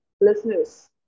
listeners